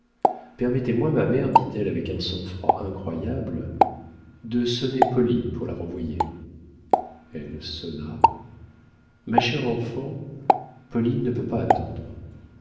permettez-moi ma mère dit-elle avec un sang-froid incroyable de sonner pauline pour la renvoyer elle sonna ma chère enfant pauline ne peut pas entendre